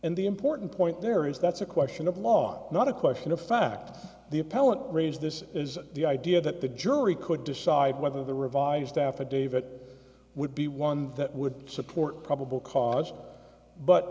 and the important point there is that's a question of law not a question of fact the appellate range this is the idea that the jury could decide whether the revised affidavit would be one that would support probable cause but